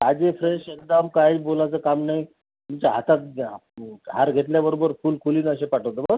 आजी फ्रेश एकदम काहीच बोलायचं काम नाही तुमच्या हातात घ्या हार घेतल्याबरोबर फूल खोलीत असे पाठवतो बं